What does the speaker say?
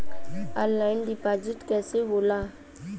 Online deposit कैसे होला?